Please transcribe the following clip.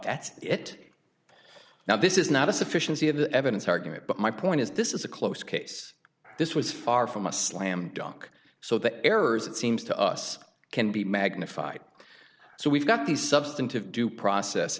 that's it now this is not a sufficiency of the evidence argument but my point is this is a close case this was far from a slam dunk so the errors it seems to us can be magnified so we've got these substantive due process